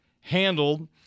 handled